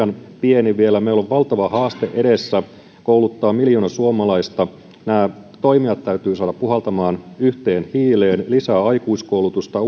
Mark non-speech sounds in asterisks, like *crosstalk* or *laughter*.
*unintelligible* on liian pieni vielä meillä on valtava haaste edessä kouluttaa miljoona suomalaista toimijat täytyy saada puhaltamaan yhteen hiileen ja lisää aikuiskoulutusta *unintelligible*